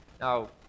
Now